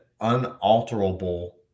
unalterable